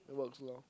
it works lor